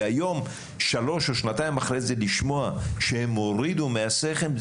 והיום שנתיים או שלוש אחרי זה לשמוע שהם הורידו מהסֶכֶם,